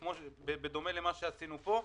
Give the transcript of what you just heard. גפני,